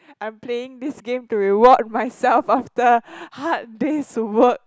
I'm playing this game to reward myself after hard day's work